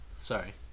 Sorry